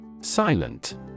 Silent